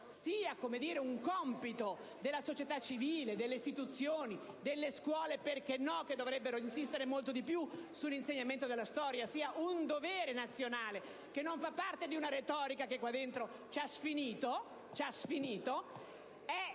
sia un compito della società civile, delle istituzioni, delle scuole (perché no?), che dovrebbero insistere molto di più sull'insegnamento della storia, sia un dovere nazionale, non riconducibile alla retorica che qui in Parlamento ci ha sfinito, è